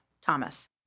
Thomas